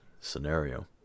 scenario